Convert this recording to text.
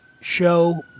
show